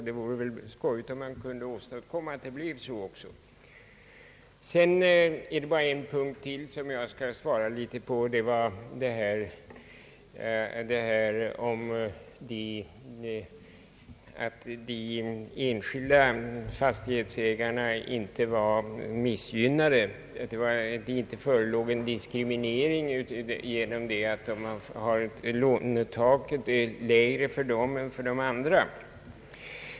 Det vore roligt om man också kunde åstadkomma en ökad produktion av småhus. Det sades att de enskilda fastighetsägarna inte var diskriminerade, trots att lånetaket är lägre för dem än för andra.